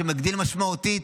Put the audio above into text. שמגדיל משמעותית,